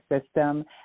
system